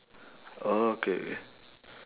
okay okay